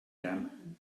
them